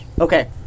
Okay